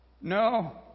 no